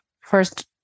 first